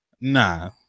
nah